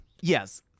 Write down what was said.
Yes